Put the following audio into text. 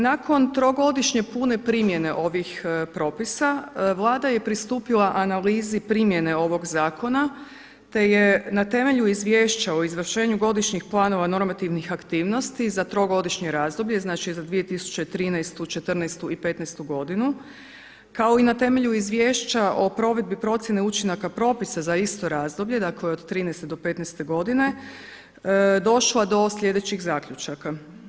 Nakon trogodišnje pune primjene ovih propisa Vlada je pristupila analizi primjene ovog zakona te je na temelju izvješća o izvršenju godišnjih planova normativnih aktivnosti za trogodišnje razdoblje znači za 2013., '14. i '15. godinu, kao i na temelju Izvješća o provedbi procjene učinaka propisa za isto razdoblje dakle od '13. do '15. godine došla do sljedećih zaključaka.